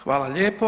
Hvala lijepo.